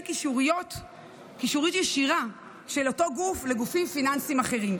קישוריות ישירה של אותו גוף לגופים פיננסיים אחרים.